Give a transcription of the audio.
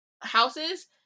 houses